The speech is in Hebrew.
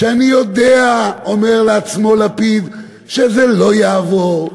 ואני יודע, אומר לעצמו לפיד, שזה לא יעבור,